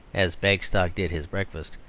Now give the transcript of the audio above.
as bagstock did his breakfast,